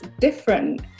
different